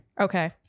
Okay